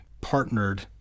partnered